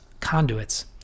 conduits